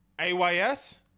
Ays